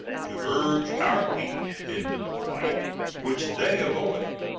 to urge our people into the fight which they avoid,